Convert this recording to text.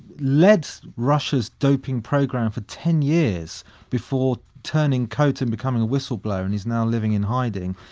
led russia's doping programme for ten years before turning coat and becoming a whistle blower and he's now living in hiding,